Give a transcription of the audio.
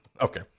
Okay